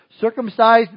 circumcised